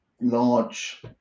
large